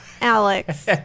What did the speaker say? Alex